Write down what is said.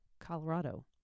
Colorado